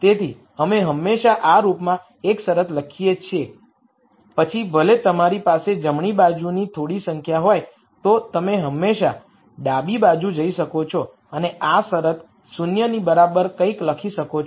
તેથી અમે હંમેશાં આ રૂપમાં એક શરત લખી શકીએ છીએ પછી ભલે તમારી પાસે જમણી બાજુની થોડી સંખ્યા હોય તો તમે હંમેશા ડાબી બાજુ જઇ શકો છો અને આ શરત 0 ની બરાબર કંઇક લખી શકો છો